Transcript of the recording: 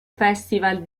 festival